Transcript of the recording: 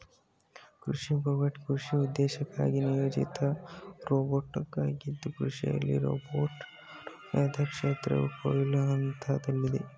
ಕೃಷಿ ರೋಬೋಟ್ ಕೃಷಿ ಉದ್ದೇಶಕ್ಕಾಗಿ ನಿಯೋಜಿಸಿದ ರೋಬೋಟಾಗಿದ್ದು ಕೃಷಿಯಲ್ಲಿ ರೋಬೋಟ್ ಅನ್ವಯದ ಕ್ಷೇತ್ರವು ಕೊಯ್ಲು ಹಂತದಲ್ಲಿದೆ